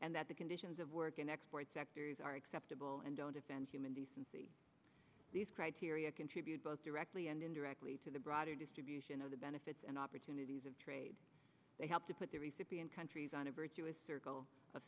and that the conditions of work in export sectors are acceptable and don't offend human decency these criteria contribute both directly and indirectly to the broader distribution of the benefits and opportunities of trade they help to put the recipient countries on a virtuous circle of